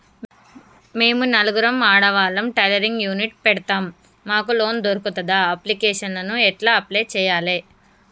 మేము నలుగురం ఆడవాళ్ళం టైలరింగ్ యూనిట్ పెడతం మాకు లోన్ దొర్కుతదా? అప్లికేషన్లను ఎట్ల అప్లయ్ చేయాలే?